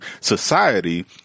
society